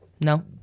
No